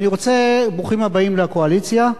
ברוכים הבאים לקואליציה,